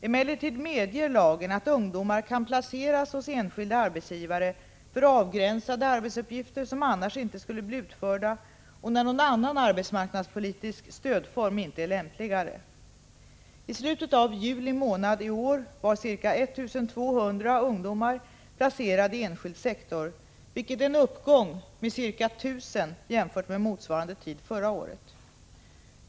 Emellertid medger lagen att ungdomar kan placeras hos enskilda arbetsgivare för avgränsade arbetsuppgifter som annars inte skulle bli utförda och när någon annan arbetsmarknadspolitisk stödform inte är lämpligare. I slutet av juli månad i år var ca 1 200 ungdomar placerade i enskild sektor, vilket är en uppgång med ca 1 000 jämfört med motsvarande tid förra året.